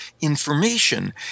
information